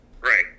Right